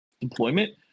deployment